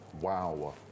WOW